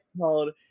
called